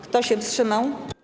Kto się wstrzymał?